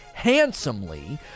handsomely